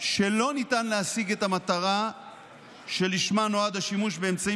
שלא ניתן להשיג את המטרה שלשמה נועד השימוש באמצעי